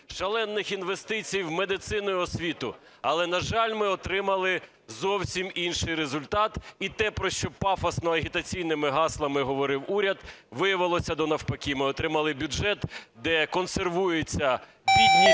шалених інвестицій в медицину і освіту. Але, на жаль, ми отримали зовсім інший результат, і те, про що пафосно агітаційними гаслами говорив уряд, виявилося до навпаки. Ми отримали бюджет, де консервується бідність,